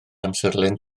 amserlen